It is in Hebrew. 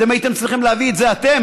אתם הייתם צריכים להביא את זה אתם.